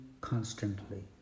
constantly